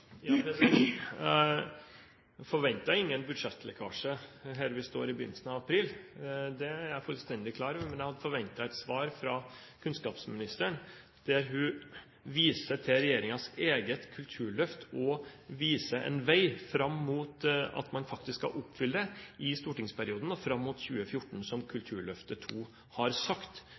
av april. Det er jeg fullstendig klar over. Men jeg hadde forventet et svar fra kunnskapsministeren, der hun viser til regjeringens eget kulturløft og viser en vei fram mot at man faktisk skal oppfylle det i stortingsperioden og fram mot 2014, som Kulturløftet II har sagt.